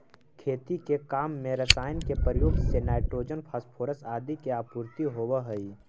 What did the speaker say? खेती के काम में रसायन के प्रयोग से नाइट्रोजन, फॉस्फोरस आदि के आपूर्ति होवऽ हई